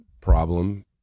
problem